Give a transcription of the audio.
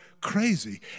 crazy